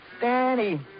Danny